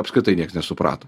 apskritai nieks nesuprato